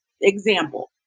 Example